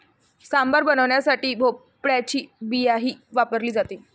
सांबार बनवण्यासाठी भोपळ्याची बियाही वापरली जाते